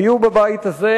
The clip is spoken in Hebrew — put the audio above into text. היו בבית הזה,